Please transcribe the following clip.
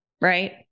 right